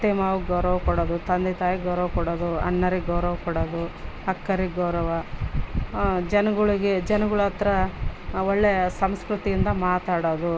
ಅತ್ತೆ ಮಾವನಿಗ್ ಗೌರವ ಕೊಡೋದು ತಂದೆ ತಾಯಿಗೆ ಗೌರವ ಕೊಡೋದು ಅಣ್ಣರಿಗೆ ಗೌರವ ಕೊಡೋದು ಅಕ್ಕರಿಗೆ ಗೌರವ ಜನಗಳಿಗೆ ಜನಗಳಹತ್ರ ಒಳ್ಳೇ ಸಂಸ್ಕೃತಿಯಿಂದ ಮಾತಾಡೋದು